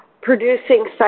producing